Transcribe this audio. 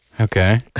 okay